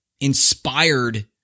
inspired